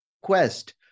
quest